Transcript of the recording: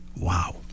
Wow